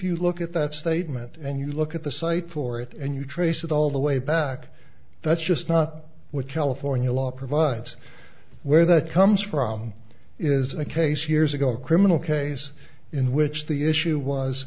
you look at that statement and you look at the site for it and you trace it all the way back that's just not what california law provides where that comes from is a case years ago a criminal case in which the issue was